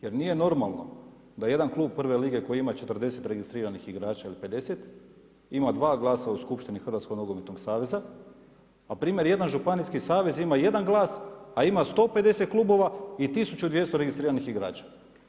Jer nije normalno da jedan klub prve lige koji ima 40 registriranih igrača ili 50, ima dva glasa u Skupštini Hrvatskog nogometnog saveza, a primjer jedan županijski savez ima jedan glas, a ima 150 klubova i 1200 registriranih igrača.